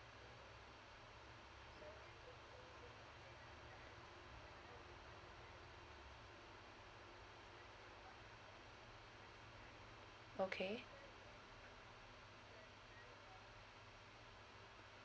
okay